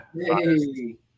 Hey